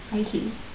okay